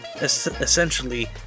essentially